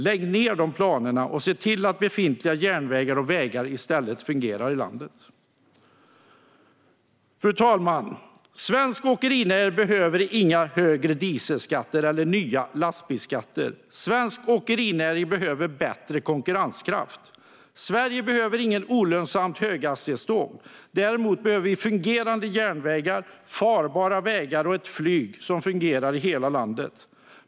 Lägg ned de planerna och se i stället till att befintliga järnvägar och vägar fungerar i landet! Fru talman! Svensk åkerinäring behöver inga högre dieselskatter eller nya lastbilsskatter. Svensk åkerinäring behöver bättre konkurrenskraft. Sverige behöver inga olönsamma höghastighetståg. Däremot behöver vi fungerande järnvägar, farbara vägar och ett flyg som fungerar i hela landet.